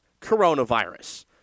coronavirus